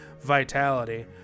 vitality